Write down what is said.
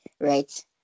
right